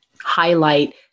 highlight